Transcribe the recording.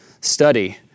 study